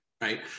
right